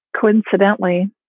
Coincidentally